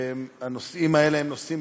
והנושאים האלה הם נושאים